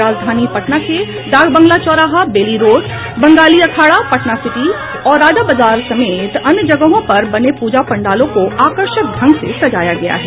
राजधानी पटना के डाकबंगला चौराहा Bailey road Bangali Akhara Patna City और राजाबाजार समेत अन्य जगहों पर बने पूजा पंडालों को आकर्षक ढंग से सजाया गया है